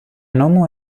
nomo